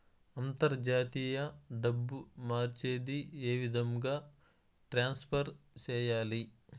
అంతర్జాతీయ డబ్బు మార్చేది? ఏ విధంగా ట్రాన్స్ఫర్ సేయాలి?